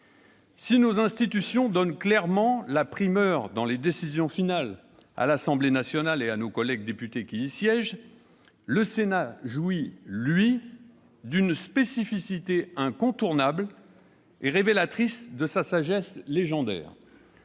Si nos institutions donnent clairement la primeur dans les décisions finales à l'Assemblée nationale et à nos collègues députés qui y siègent, le Sénat jouit, lui, d'une spécificité incontournable et révélatrice de sa sagesse légendaire.